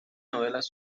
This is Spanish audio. novelas